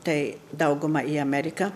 tai dauguma į ameriką